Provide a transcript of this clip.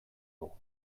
dugu